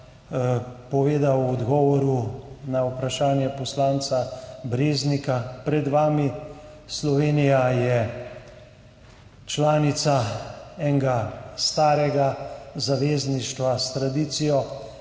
povedal v odgovoru na vprašanje poslanca Breznika pred vami. Slovenija je članica enega starega zavezništva s tradicijo,